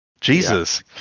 Jesus